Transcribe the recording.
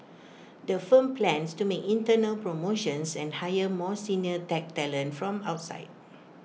the firm plans to make internal promotions and hire more senior tech talent from outside